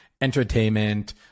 entertainment